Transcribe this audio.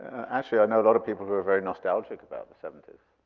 actually i know a lot of people who are very nostalgic about the seventy s.